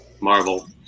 Marvel